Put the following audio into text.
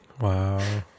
wow